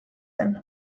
zen